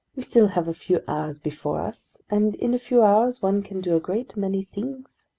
we still have a few hours before us, and in a few hours one can do a great many things!